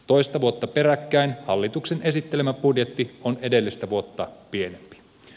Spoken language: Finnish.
toista vuotta peräkkäin hallituksen esittelemä budjetti on edellistä vuotta pienempi